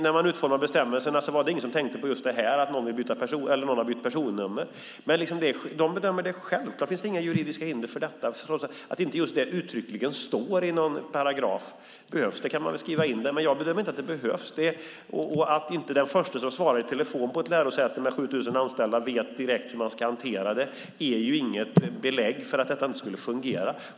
När man utformade bestämmelserna var det ingen som tänkte på just detta att någon har bytt personnummer. De bedömer att det inte finns några juridiska hinder för detta även om det inte uttryckligen står i någon paragraf. Om det behövs kan man skriva in det, men jag bedömer inte att det behövs. Att inte den första som svarar i telefon på ett lärosäte med 7 000 anställda direkt vet hur man ska hantera detta är inget belägg för att det inte skulle fungera.